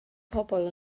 pobl